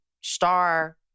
star